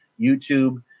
YouTube